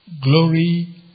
glory